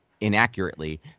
inaccurately